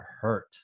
hurt